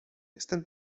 jestem